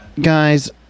guys